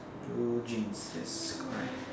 blue jeans yes correct